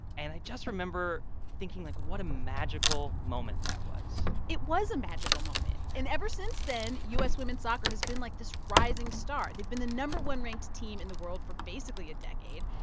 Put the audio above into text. and i just remember thinking, like, what a magical moment that was it was a magical moment. and ever since then, u s. women's soccer has been, like, this rising star. they've been the no. one ranked team in the world for basically a decade,